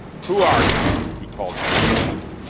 who are you? he called, from the distance,